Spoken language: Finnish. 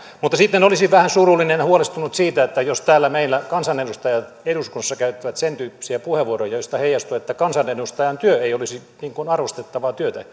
mutta sitten olisin vähän surullinen ja huolestunut siitä jos täällä meillä kansanedustajat eduskunnassa käyttävät sen tyyppisiä puheenvuoroja joista heijastuu että kansanedustajan työ ei olisi arvostettavaa työtä